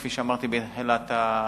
כפי שאמרתי בתחילת דברי,